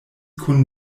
kun